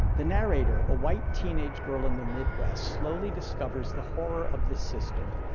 the narrator, a white teenage girl in the midwest, slowly discovers the horror of this system,